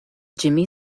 jimmy